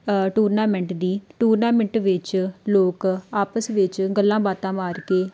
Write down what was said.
tournament ਦੀ tournament ਵਿੱਚ ਲੋਕ ਆਪਸ ਵਿੱਚ ਗੱਲਾਂ ਬਾਤਾਂ ਮਾਰ ਕੇ